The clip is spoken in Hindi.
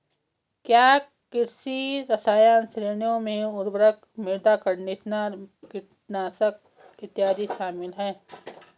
क्या कृषि रसायन श्रेणियों में उर्वरक, मृदा कंडीशनर, कीटनाशक इत्यादि शामिल हैं?